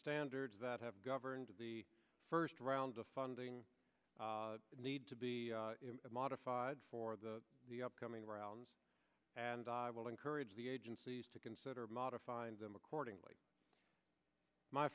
standards that have governed of the first round of funding need to be modified for the the upcoming rounds and i will encourage the agencies to consider modifying them accordingly my